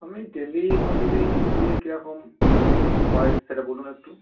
আমি ডেলি মজুরি হলে কীরকম হয় সেটা বলুন একটু